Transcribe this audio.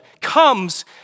comes